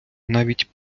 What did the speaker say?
навіть